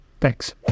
Thanks